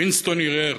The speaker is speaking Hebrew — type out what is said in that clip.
וינסטון הרהר: